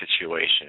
situation